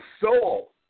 soul